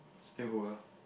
still who ah